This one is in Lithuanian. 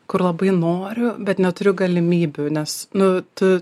kur labai noriu bet neturiu galimybių nes nu tu